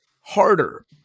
harder